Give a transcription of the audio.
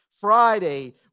Friday